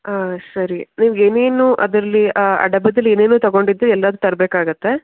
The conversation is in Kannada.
ಹಾಂ ಸರಿ ನೀವು ಏನೇನು ಅದರಲ್ಲಿ ಆ ಡಬ್ಬದಲ್ಲಿ ಏನೇನು ತಗೊಂಡಿದ್ದು ಎಲ್ಲಾನು ತರಬೇಕಾಗುತ್ತೆ